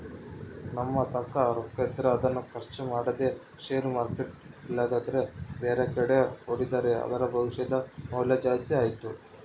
ನಮ್ಮತಾಕ ರೊಕ್ಕಿದ್ರ ಅದನ್ನು ಖರ್ಚು ಮಾಡದೆ ಷೇರು ಮಾರ್ಕೆಟ್ ಇಲ್ಲಂದ್ರ ಬ್ಯಾರೆಕಡೆ ಹೂಡಿದ್ರ ಅದರ ಭವಿಷ್ಯದ ಮೌಲ್ಯ ಜಾಸ್ತಿ ಆತ್ತು